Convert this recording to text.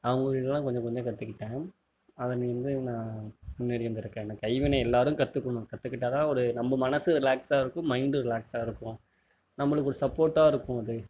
அவங்கக்கிட்டலாம் கொஞ்ச கொஞ்சம் கற்றுக்கிட்டேன் அதுலர்ந்து நான் முன்னாடி வந்துயிருக்கேன் இந்த கைவினை எல்லாரும் கற்றுக்கணும் கற்றுக்கிட்டாதான் ஒரு நம்ப மனசும் ரிலாக்ஸாக இருக்கும் மைண்டும் ரிலாக்ஸாக இருக்கும் நம்மளுக்கு ஒரு சப்போர்ட்டாக இருக்கும் அது